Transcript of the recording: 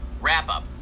wrap-up